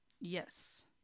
yes